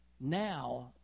now